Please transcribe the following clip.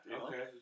okay